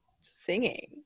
singing